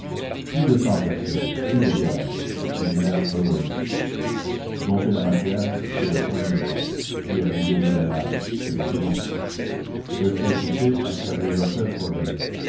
plus de sang versé plus de guerres les mères heureuses dompter la matière c'est le premier pas réaliser l'idéal c'est le second réfléchissez à ce qu'a déjà fait le progrès